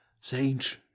saint